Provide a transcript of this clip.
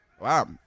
Wow